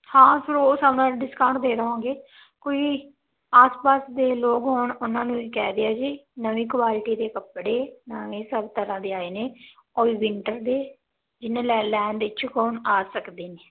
ਹਾਂ ਫਿਰ ਉਹ ਹਿਸਾਬ ਨਾਲ ਡਿਸਕਾਉਂਟ ਦੇ ਦੇਵਾਂਗੇ ਕੋਈ ਆਸ ਪਾਸ ਦੇ ਲੋਕ ਹੋਣ ਉਹਨਾਂ ਨੂੰ ਵੀ ਕਹਿ ਦਿਆ ਜੇ ਨਵੀਂ ਕੁਆਲਿਟੀ ਦੇ ਕੱਪੜੇ ਨਵੇਂ ਸਭ ਤਰ੍ਹਾਂ ਦੇ ਆਏ ਨੇ ਉਹ ਵੀ ਵਿੰਟਰ ਦੇ ਜਿਨੇ ਲੈ ਲੈਣ ਦੇ ਇਛੁੱਕ ਹੋਣ ਲੈ ਸਕਦੇ ਨੇ